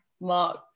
mark